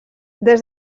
des